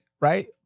right